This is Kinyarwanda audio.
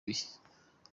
bihe